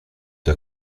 the